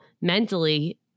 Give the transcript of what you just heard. mentally